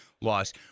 loss